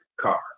car